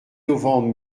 novembre